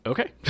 Okay